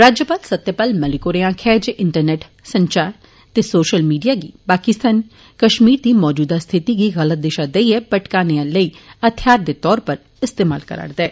राज्यपाल सत्यपाल मलिक होरें आक्खेआ ऐ जे इंटरनेट संचार ते सोशल मीडिया गी पाकिस्तान कश्मीर दी मौजूदा स्थिति गी गलत दिशा रेइयै भटकाने लेई हथियारें दे तौर उप्पर इस्तेमाल करा र'दा ऐ